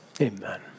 Amen